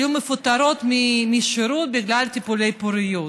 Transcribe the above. היו מפוטרות משירות בגלל טיפולי פוריות.